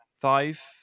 five